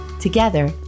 Together